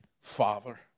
Father